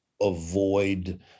avoid